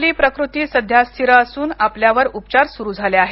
आपली प्रकृती सध्या स्थिर असून आपल्यावर उपचार सुरु झाले आहेत